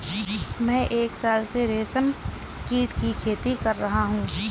मैं एक साल से रेशमकीट की खेती कर रहा हूँ